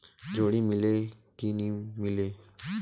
जोणी मीले कि नी मिले?